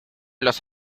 los